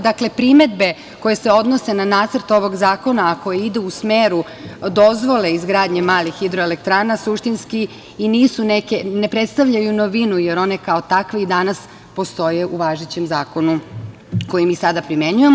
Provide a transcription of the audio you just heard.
Dakle, primedbe koje se odnose na nacrt ovog zakona, a koje idu u smeru dozvole izgradnje malih hidroelektrana, suštinski i ne predstavljaju novinu, jer one kao takve i danas postoje u važećem zakonu koji mi sada primenjujemo.